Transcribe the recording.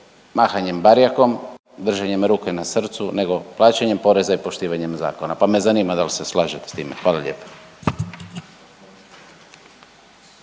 mahanjem barjakom, držanjem ruke na srcu nego plaćanjem poreza i poštivanjem zakona, pa me zanima da li se slažete s time? Hvala lijepa.